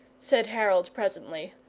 said harold, presently.